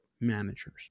managers